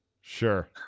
sure